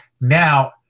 now